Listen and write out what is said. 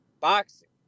Boxing